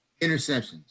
interceptions